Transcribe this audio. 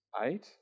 eight